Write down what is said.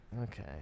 okay